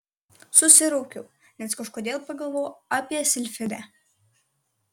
susiraukiau nes kažkodėl pagalvojau apie silfidę